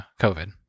COVID